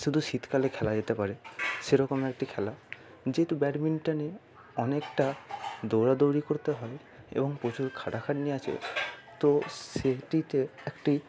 শুধু শীতকালে খেলা যেতে পারে সেরকম একটি খেলা যেহেতু ব্যাডমিন্টনে অনেকটা দৌড়া দৌড়ি করতে হবে এবং প্রচুর খাটা খাটনি আছে তো সেইটিতে একটি